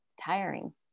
tiring